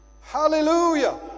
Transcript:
Hallelujah